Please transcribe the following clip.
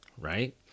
right